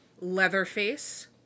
Leatherface